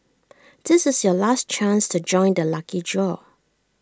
this is your last chance to join the lucky draw